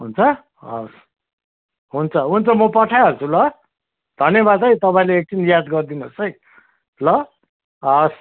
हुन्छ हवस् हुन्छ हुन्छ म पठाइहाल्छु ल धन्यवाद है तपाईँले एकचुवली याद गरिदिनु होस् है ल हवस्